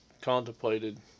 contemplated